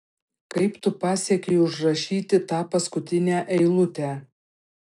kaip tu pasiekei užrašyti tą paskutinę eilutę